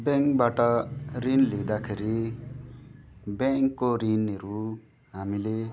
ब्याङ्कबाट ऋण लिँदाखेरि ब्याङ्कको ऋणहरू हामीले